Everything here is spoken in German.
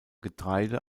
getreide